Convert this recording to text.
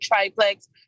triplex